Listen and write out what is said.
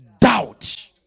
doubt